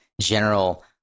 General